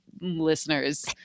listeners